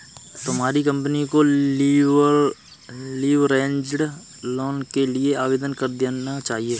तुम्हारी कंपनी को leveraged loan के लिए आवेदन कर देना चाहिए